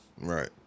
Right